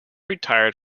retired